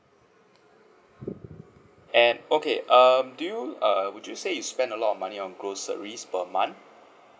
and okay um do you err would you say you spend a lot of money on groceries per month